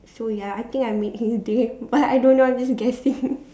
so ya I think I made his day but I don't know I'm just guessing